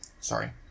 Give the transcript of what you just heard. sorry